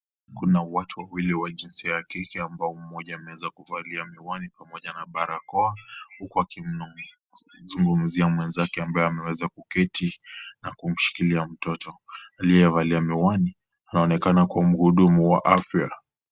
Kuna watu wawili wa jinsia ya kike ambao mmoja ameweza kuvalia miwani pamoja na barakoa huku akimnungunuzia mwenzake ambaye ameweza kuketi na kumshikilia mtoto, aliyevalia miwani anaonekana kuwa mhudumu wa afya.